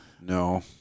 No